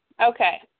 Okay